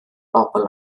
bobl